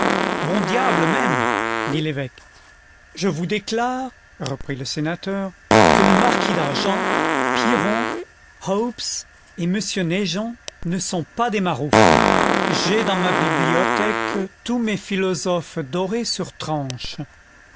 bons diables même dit l'évêque je vous déclare reprit le sénateur que le marquis d'argens pyrrhon hobbes et m naigeon ne sont pas des maroufles j'ai dans ma bibliothèque tous mes philosophes dorés sur tranche